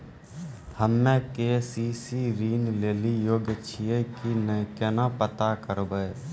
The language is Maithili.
हम्मे के.सी.सी ऋण लेली योग्य छियै की नैय केना पता करबै?